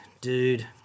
dude